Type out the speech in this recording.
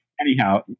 anyhow